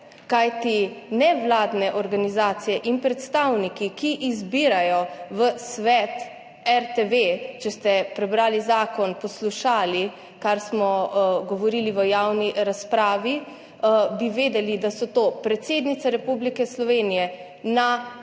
kajti nevladne organizacije in predstavniki, ki se izbirajo v Svet RTV, če ste prebrali zakon, poslušali, kar smo govorili v javni razpravi, bi vedeli, da predsednica Republike Slovenije na